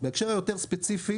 בהקשר הספציפי